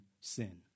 sin